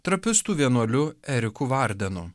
trapistų vienuoliu eriku vardenu